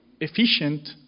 efficient